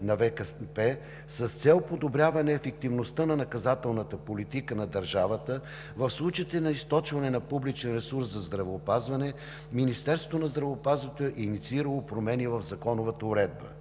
с цел подобряване ефективността на наказателната политика на държавата в случаите на източване на публичен ресурс за здравеопазване Министерството на здравеопазването е инициирало промени в законовата уредба.